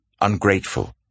ungrateful